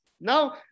Now